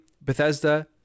Bethesda